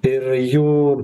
ir jų